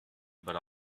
but